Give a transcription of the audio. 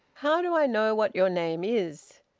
how do i know what your name is?